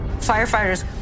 Firefighters